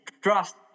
trust